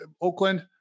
Oakland